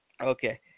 Okay